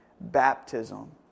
baptism